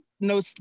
no